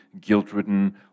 guilt-ridden